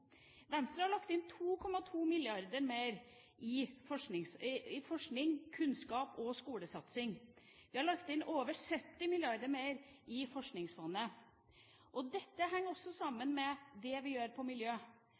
Venstre har lagt inn 2,2 mrd. kr mer til satsing på forskning, kunnskap og skole. Vi har lagt inn over 70 mrd. kr mer i Forskningsfondet. Dette henger også sammen med det vi gjør på